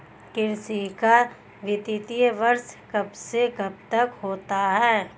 कृषि का वित्तीय वर्ष कब से कब तक होता है?